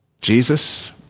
Jesus